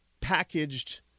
packaged